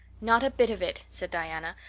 not a bit of it, said diana,